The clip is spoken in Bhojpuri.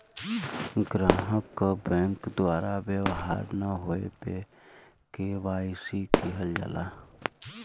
ग्राहक क बैंक द्वारा व्यवहार न होये पे के.वाई.सी किहल जाला